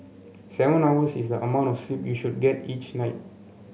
seven hours is the amount of sleep you should get each night